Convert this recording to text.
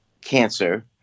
cancer